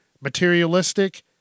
Materialistic